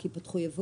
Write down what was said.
כי פתחו ייבוא?